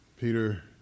Peter